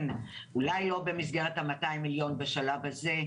אולי לא במסגרת 200 מיליון בשלב הזה,